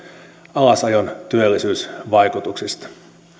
alasajon työllisyysvaikutuksista